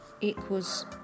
equals